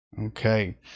Okay